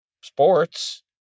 sports